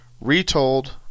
retold